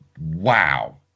wow